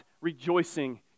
rejoicing